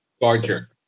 Barger